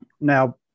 Now